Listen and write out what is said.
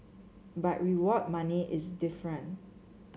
but award money is different